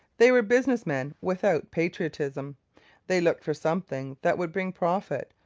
they were business men without patriotism they looked for something that would bring profit,